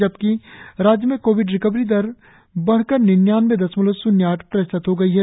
जबकी राज्य में कोविड रिकवरी दर बढ़कर निन्यानवे दशमलव शून्य आठ प्रतिशत हो गई है